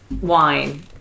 wine